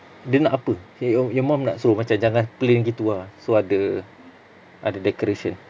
dia nak apa y~ y~ your mum nak suruh macam jangan plain gitu ah so ada ada decoration